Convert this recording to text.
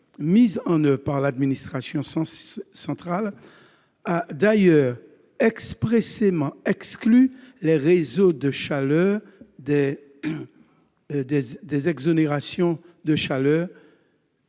mise en oeuvre par l'administration centrale a d'ailleurs expressément exclu les réseaux de chaleur des exonérations de TFPB